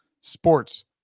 sports